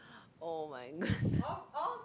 oh my goodness